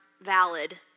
valid